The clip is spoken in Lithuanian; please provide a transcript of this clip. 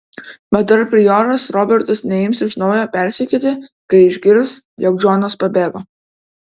bet ar prioras robertas neims iš naujo persekioti kai išgirs jog džonas pabėgo